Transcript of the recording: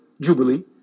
Jubilee